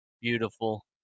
Beautiful